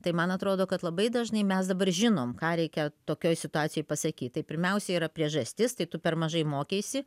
tai man atrodo kad labai dažnai mes dabar žinom ką reikia tokioj situacijoj pasakyt tai pirmiausia yra priežastis tai tu per mažai mokeisi